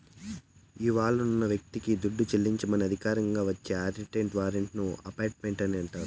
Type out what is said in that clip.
ఇవ్వాలున్న వ్యక్తికి దుడ్డు చెల్లించమని అధికారికంగా వచ్చే ఆర్డరిని వారంట్ ఆఫ్ పేమెంటు అంటాండారు